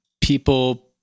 people